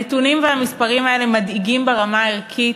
הנתונים והמספרים האלה מדאיגים ברמה הערכית,